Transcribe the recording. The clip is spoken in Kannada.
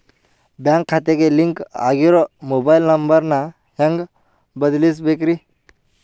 ಬ್ಯಾಂಕ್ ಖಾತೆಗೆ ಲಿಂಕ್ ಆಗಿರೋ ಮೊಬೈಲ್ ನಂಬರ್ ನ ಹೆಂಗ್ ಬದಲಿಸಬೇಕ್ರಿ?